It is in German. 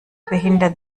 behindern